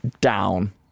down